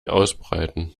ausbreiten